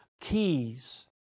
keys